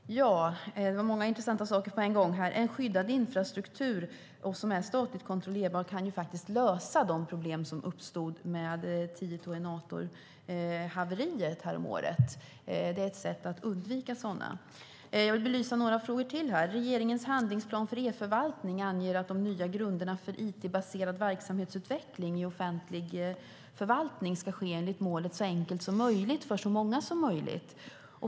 Fru talman! Det var många intressanta saker på en gång. En skyddad infrastruktur som är statligt kontrollerbar kan lösa de problem som uppstod med haveriet hos Tietoenator häromåret. Det är ett sätt att undvika sådana. Jag vill belysa några frågor till. Regeringens handlingsplan för e-förvaltning anger att de nya grunderna för it-baserad verksamhetsutveckling i offentlig förvaltning ska utformas enligt målet så enkelt som möjligt för så många som möjligt.